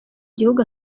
igihugu